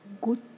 good